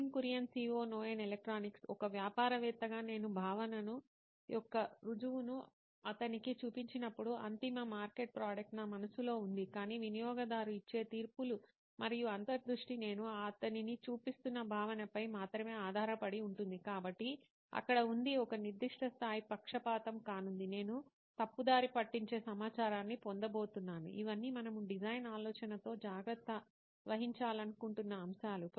Nitin Kurian COO నోయిన్ electronics ఒక వ్యాపారవేత్తగా నేను భావన యొక్క రుజువును అతనికి చూపించినప్పుడు అంతిమ మార్కెట్ ప్రోడక్ట్ నా మనస్సులో ఉంది కానీ వినియోగదారు ఇచ్చే తీర్పులు మరియు అంతర్దృష్టి నేను అతనిని చూపిస్తున్న భావనపై మాత్రమే ఆధారపడి ఉంటుంది కాబట్టి అక్కడ ఉంది ఒక నిర్దిష్ట స్థాయి పక్షపాతం కానుంది నేను తప్పుదారి పట్టించే సమాచారాన్ని పొందబోతున్నాను ఇవన్నీ మనము డిజైన్ ఆలోచనతో జాగ్రత్త వహించాలనుకుంటున్న అంశాలు